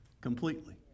Completely